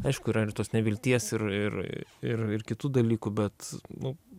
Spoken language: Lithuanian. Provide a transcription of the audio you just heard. aišku yra ir tos nevilties ir ir ir ir kitų dalykų bet nu